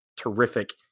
terrific